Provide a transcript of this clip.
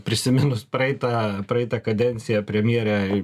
prisiminus praeitą praeitą kadenciją premjerė